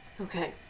Okay